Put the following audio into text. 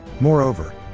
Moreover